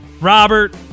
Robert